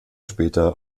später